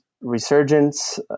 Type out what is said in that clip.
resurgence